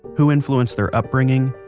who influenced their upbringing,